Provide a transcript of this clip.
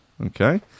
Okay